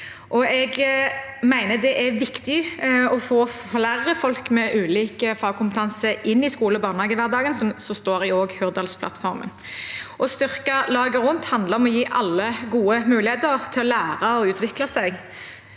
Jeg mener det er viktig å få flere folk med ulik fagkompetanse inn i skole- og barnehagehverdagen. Det står også i Hurdalsplattformen. Å styrke laget rundt handler om å gi alle gode muligheter til å lære og utvikle seg.